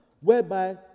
whereby